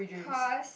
cause